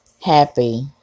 happy